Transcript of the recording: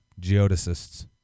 geodesists